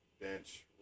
Bench